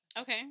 Okay